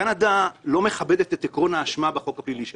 קנדה לא מכבדת עת עקרון האשמה בחוק הפלילי שלה.